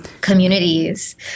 communities